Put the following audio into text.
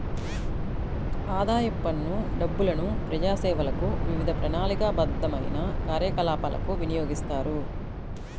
ఆదాయపు పన్ను డబ్బులను ప్రజాసేవలకు, వివిధ ప్రణాళికాబద్ధమైన కార్యకలాపాలకు వినియోగిస్తారు